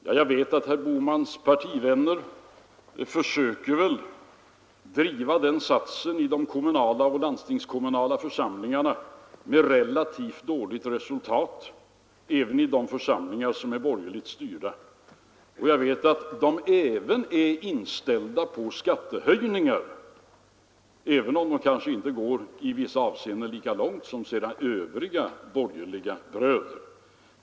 Ja, jag vet att herr Bohmans partivänner försöker driva den meningen i de kommunala och de landstingskommunala församlingarna — med relativt dåligt resultat även i de församlingar som är borgerligt styrda. Och jag vet att de också är inställda på skattehöjningar, även om de i vissa avseenden inte går lika långt som sina övriga borgerliga bröder.